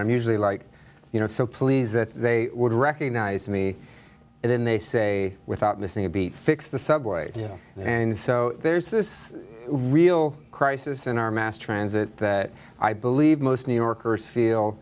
i'm usually like you know so pleased that they would recognize me and then they say without missing a beat fix the subway you know and so there's this real crisis in our mass transit that i believe most new yorkers feel